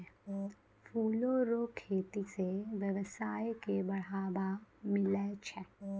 फूलो रो खेती से वेवसाय के बढ़ाबा मिलै छै